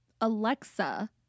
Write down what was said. Alexa